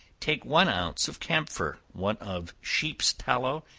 take one ounce of camphor, one of sheep's tallow,